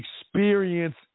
experience